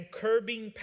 curbing